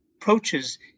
approaches